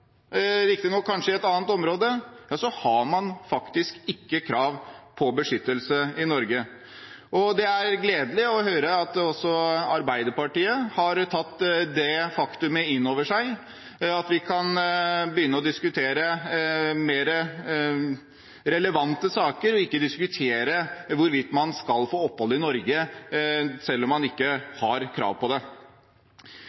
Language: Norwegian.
man faktisk ikke krav på beskyttelse i Norge. Det er gledelig å høre at også Arbeiderpartiet har tatt det faktumet innover seg, og at vi kan begynne å diskutere mer relevante saker og ikke hvorvidt man skal få opphold i Norge selv om man ikke